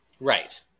Right